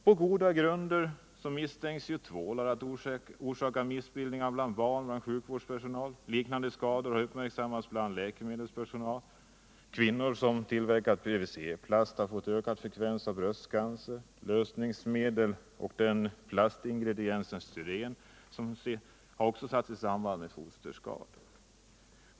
På goda grunder misstänks tvålar kunna orsaka missbildningar hos barn till sjukvårdspersonal, och liknande skador har uppmärksammats även bland läkemedelspersonal. Kvinnor som tillverkar PVC-plast har uppvisat ökad frekvens av bröstcancer. Lösningsmedel och plastingrediensen styren har också satts i samband med fosterskador.